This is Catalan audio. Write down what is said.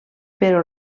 però